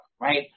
right